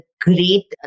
great